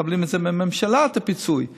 אבל בתי החולים הממשלתיים מקבלים את הפיצוי מהממשלה,